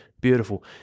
Beautiful